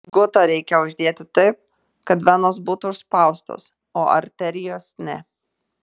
žgutą reikia uždėti taip kad venos būtų užspaustos o arterijos ne